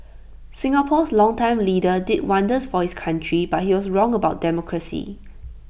Singapore's longtime leader did wonders for his country but he was wrong about democracy